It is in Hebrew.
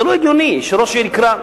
זה לא הגיוני שראש עיר יקרא,